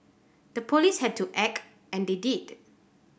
the police had to act and they did